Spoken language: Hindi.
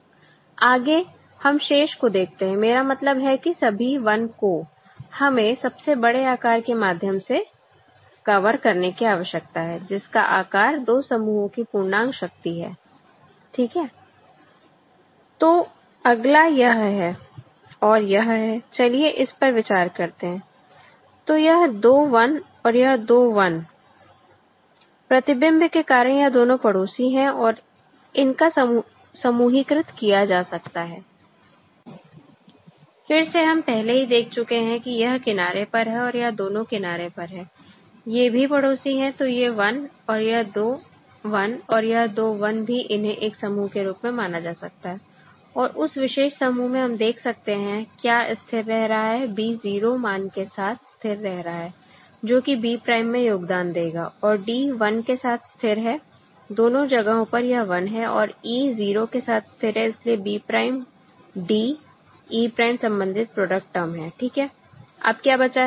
आगे हम शेष को देखते हैं मेरा मतलब है कि सभी 1 को हमें सबसे बड़े आकार के माध्यम से कवर करने की आवश्यकता है जिसका आकार दो समूहों की पूर्णांक शक्ति है ठीक है तो अगला यह है और यह है चलिए इस पर विचार करते हैं तो यह दो 1 और दूसरे दो 1 प्रतिबिंब के कारण यह दोनों पड़ोसी हैं और इनका समूहीकृत किया जा सकता है फिर से हम पहले ही देख चुके हैं कि यह किनारे पर है और यह दोनों किनारे पर है ये भी पड़ोसी हैं तो ये 1 यह दो 1 और यह दो 1 भी इन्हें एक समूह के रूप में माना जा सकता है और उस विशेष समूह में हम देख सकते हैं क्या स्थिर रह रहा है B 0 मान के साथ स्थिर रह रहा है जोकि B prime में योगदान देगा और D 1 के साथ स्थिर है दोनों जगहों पर यह 1 है और E 0 के साथ स्थिर है इसलिए B prime D E prime संबंधित प्रोडक्ट टर्म है ठीक है अब क्या बचा है